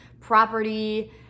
property